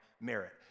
merit